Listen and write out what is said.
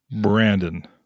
Brandon